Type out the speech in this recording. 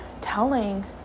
telling